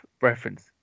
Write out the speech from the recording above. reference